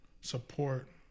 support